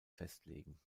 festlegen